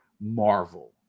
Marvel